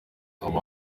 our